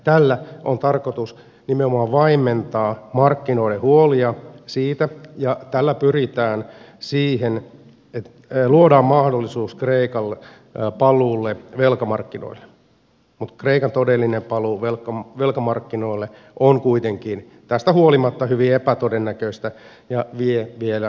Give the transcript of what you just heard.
tällä on tarkoitus nimenomaan vaimentaa markkinoiden huolia ja tällä pyritään siihen että luodaan mahdollisuus kreikan paluulle velkamarkkinoille mutta kreikan todellinen paluu velkamarkkinoille on kuitenkin tästä huolimatta hyvin epätodennäköistä ja vie vielä pitkän aikaa